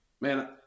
man